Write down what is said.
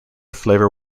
flavour